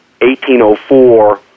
1804